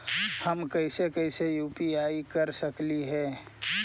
हम कैसे कैसे यु.पी.आई कर सकली हे?